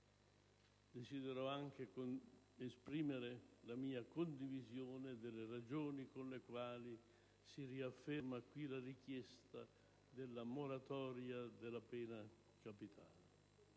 Desidero anche esprimere la mia condivisione delle ragioni con le quali si riafferma qui la richiesta della moratoria della pena capitale.